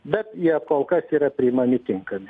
bet jie kol kas yra priimami tinkami